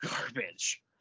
garbage